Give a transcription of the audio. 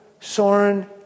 Soren